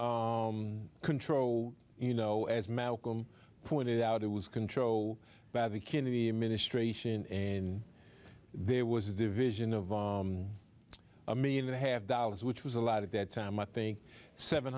control you know as malcolm pointed out it was control by the kennedy administration in there was the vision of a one million and a half dollars which was a lot at that time i think seven